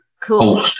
Cool